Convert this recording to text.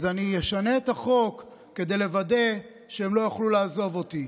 אז אני אשנה את החוק כדי לוודא שהם לא יוכלו לעזוב אותי.